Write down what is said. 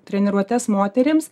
treniruotes moterims